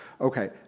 Okay